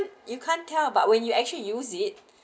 you can't tell but when you actually use it